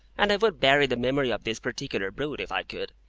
and i would bury the memory of this particular brute, if i could,